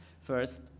first